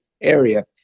area